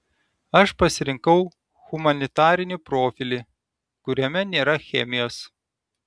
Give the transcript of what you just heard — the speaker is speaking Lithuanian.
aš pasirinkau humanitarinį profilį kuriame nėra chemijos